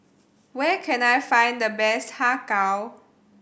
where can I find the best Har Kow